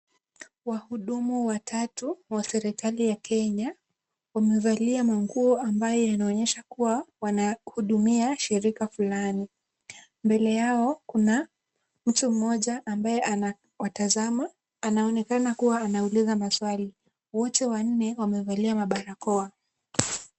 Wahudumu watatu wa serikali ya Kenya. Wamevalia nguo ambazo zinaonyesha kuwa wanahudumia shirika fulani. Mbele yao kuna mtu mmoja ambaye anawatazama, anaonekana kuwa anauliza maswali. Wote wanne wamevalia mabarakoa.